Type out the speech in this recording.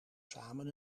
samen